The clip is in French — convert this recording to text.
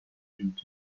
d’une